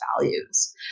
values